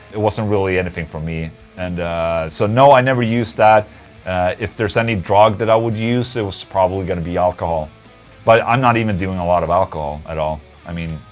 it wasn't really anything for me and so no, i've never used that if there's any drug that i would use, it was probably gonna be alcohol but i'm not even doing a lot of alcohol at all i mean,